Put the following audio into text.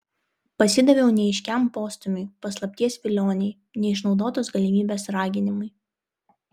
pasidaviau neaiškiam postūmiui paslapties vilionei neišnaudotos galimybės raginimui